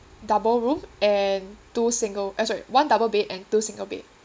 double room and two single eh sorry one double bed and two single bed